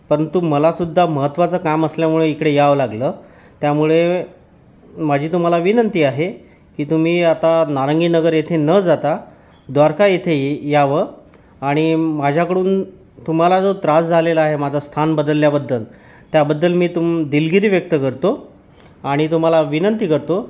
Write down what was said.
परंतु मला सुद्धा महत्त्वाचं काम असल्यामुळे इकडे यावं लागलं त्यामुळे माझी तुम्हाला विनंती आहे की तुम्ही आता नारंगीनगर येथे न जाता द्वारका येथे यावं आणि माझ्याकडून तुम्हाला जो त्रास झालेला आहे माझा स्थान बदलल्याबद्दल त्याबद्दल मी तुम दिलगिरी व्यक्त करतो आणि तुम्हाला विनंती करतो